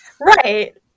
Right